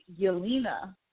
Yelena